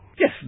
Yes